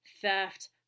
theft